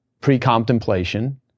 pre-contemplation